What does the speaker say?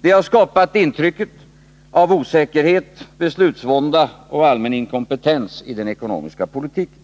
Det har skapat intrycket av osäkerhet, beslutsvånda och allmän inkompetens i den ekonomiska politiken.